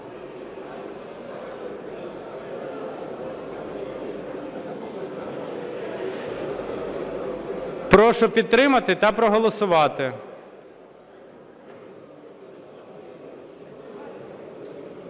Прошу підтримати та проголосувати.